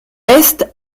est